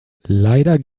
leider